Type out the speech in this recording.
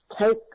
take